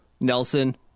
Nelson